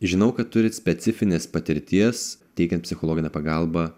žinau kad turit specifinės patirties teikiant psichologinę pagalbą